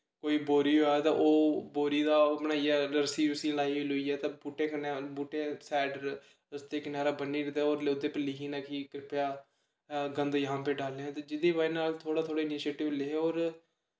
कोई बोरी होऐ ते ओह् बोरी दा ओह् बनाइयै रस्सियां रुस्सियां लाई लूइयै ते बूह्टे कन्नै बूह्टे साइड पर रस्ते दे कनारे ब'न्नी ओड़दे ते ओहदे पर लिखी ओड़नां कि किरपेआ गंद जहां पे डालें ते जेह्दी बजह् नै थोह्ड़ा थोह्ड़ा इनिशिएटिव लें ते